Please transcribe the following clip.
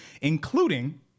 including